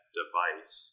device